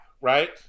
right